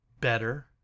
better